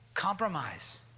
compromise